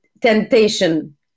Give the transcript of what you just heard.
temptation